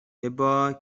ابا